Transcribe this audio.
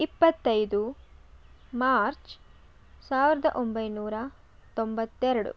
ಇಪ್ಪತ್ತೈದು ಮಾರ್ಚ್ ಸಾವಿರದ ಒಂಬೈನೂರ ತೊಂಬತ್ತೆರಡು